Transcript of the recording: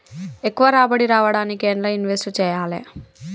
ఎక్కువ రాబడి రావడానికి ఎండ్ల ఇన్వెస్ట్ చేయాలే?